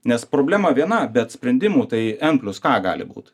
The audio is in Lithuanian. nes problema viena bet sprendimų tai en plius ka gali būt